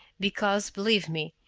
because, believe me,